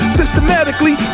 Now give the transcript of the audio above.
systematically